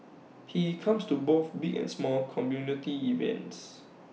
he comes to both big and small community events